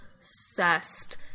obsessed